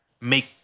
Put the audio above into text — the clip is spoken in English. make